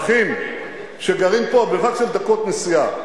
אחים שגרים פה, מרחק של דקות נסיעה,